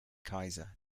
kaiser